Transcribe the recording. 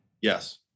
Yes